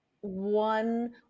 one